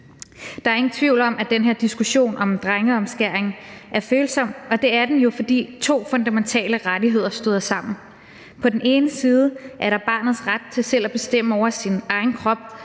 Der er ingen tvivl om, at den her diskussion om drengeomskæring er følsom, og det er den jo, fordi to fundamentale rettigheder støder sammen. På den ene side er der barnets ret til selv at bestemme over sin egen krop